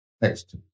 Next